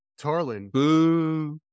Tarlin